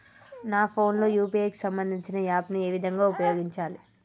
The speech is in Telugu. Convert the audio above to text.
నా ఫోన్ లో యూ.పీ.ఐ కి సంబందించిన యాప్ ను ఏ విధంగా ఉపయోగించాలి?